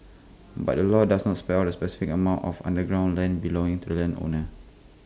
but the law does not spell out the specific amount of underground land belonging to the landowner